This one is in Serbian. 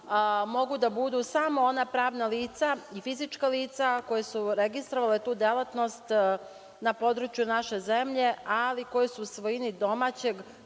mogu da budu samo ona pravna lica i fizička lica koja su registrovale tu delatnost na području naše zemlje, ali koji su u svojini domaćeg